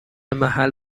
محل